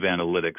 analytics